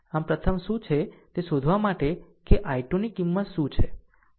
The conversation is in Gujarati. આમ પ્રથમ શું છે તે શોધવા માટે કે I2 ની કિંમત શું છે